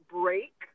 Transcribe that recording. break